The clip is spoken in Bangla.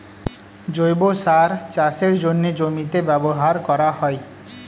জৈব সার চাষের জন্যে জমিতে ব্যবহার করা হয়